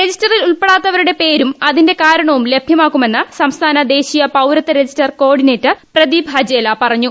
രജിസ്റ്ററിൽ ഉൾപ്പെടാത്തവരുട്ട് പേരും അതിന്റെ കാരണവും ലഭ്യമാക്കുമെന്ന് സംസ്ഥാന് ദേശീയ പൌരത്വ register coordinator Pradeep Hajela പറഞ്ഞു